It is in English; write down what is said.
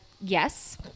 Yes